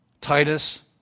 Titus